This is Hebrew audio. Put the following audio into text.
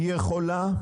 היא יכולה?